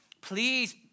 Please